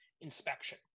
inspection